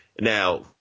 now